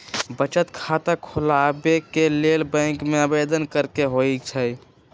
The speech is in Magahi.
बचत खता खोलबाबे के लेल बैंक में आवेदन करेके होइ छइ